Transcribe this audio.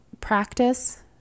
practice